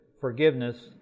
forgiveness